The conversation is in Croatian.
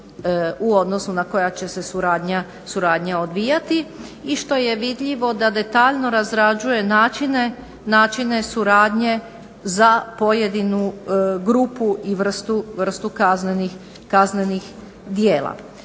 u odnosu na koja će se suradnja odvijati i što je vidljivo, da detaljno razrađuje načine suradnje za pojedinu grupu i vrstu kaznenih djela.